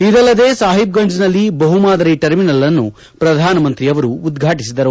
ಇದಲ್ಲದೆ ಸಾಹಿಬ್ಗಂಜ್ನಲ್ಲಿ ಬಹುಮಾದರಿ ಟರ್ಮಿನಲ್ ಅನ್ನು ಪ್ರಧಾನ ಮಂತ್ರಿಯವರು ಉದ್ಘಾಟಿಸಿದರು